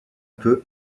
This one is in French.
peu